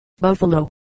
Buffalo